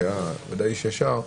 שהיה ודאי איש ישר,